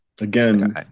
again